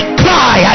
cry